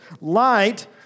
light